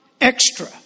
Extra